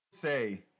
say